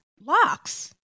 locks